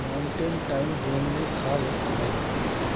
mountain time zone में छा वक्त आहे